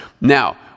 Now